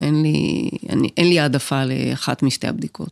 ‫אין לי העדפה לאחת משתי הבדיקות.